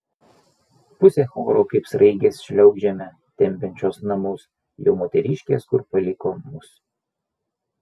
pusė choro kaip sraigės šliaužiame tempiančios namus jau moteriškės kur paliko mus